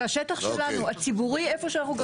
זה השטח שלנו, ציבורי, איפה שאנחנו גרים.